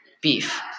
Beef